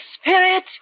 spirit